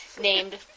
named